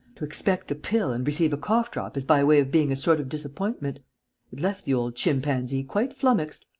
to expect a pill and receive a cough-drop is by way of being a sort of disappointment. it left the old chimpanzee quite flummoxed.